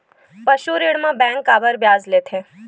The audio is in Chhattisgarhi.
पशु ऋण म बैंक काबर ब्याज लेथे?